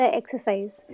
exercise